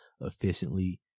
efficiently